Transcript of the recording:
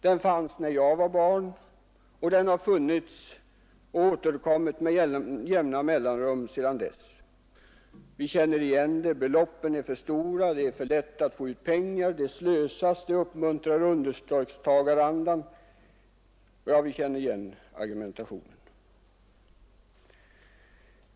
Den fanns när jag var barn, och den har återkommit med jämna mellanrum sedan dess. Vi känner igen argumentationen: beloppen är för stora, det är för lätt att få ut pengar, det slösas, man uppmuntrar understödstagarandan.